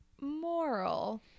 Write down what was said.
moral